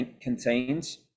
contains